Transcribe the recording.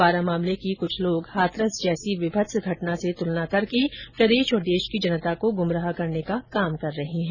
बारां मामले की कुछ लोग हाथरस जैसी वीभत्स घटना से तुलना करके प्रदेश और देश की जनता को गुमराह करने का काम कर रहे हैं